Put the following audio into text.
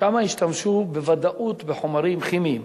שם השתמשו בוודאות בחומרים כימיים.